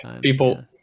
people